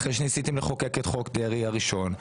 אחרי שניסיתם לחוקק את חוק דרעי הראשון,